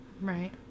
Right